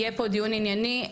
יהיה פה דיון ענייני,